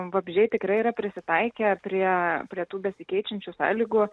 vabzdžiai tikrai yra prisitaikę prie prie tų besikeičiančių sąlygų